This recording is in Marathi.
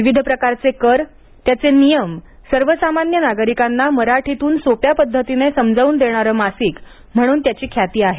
विविध प्रकारचे कर त्याचे नियम सर्वसामान्य नागरिकांना मराठीतून सोप्या पद्धतीने समजावून देणारं मासिक म्हणून त्याची ख्याती आहे